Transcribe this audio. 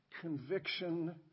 conviction